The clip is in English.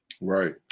right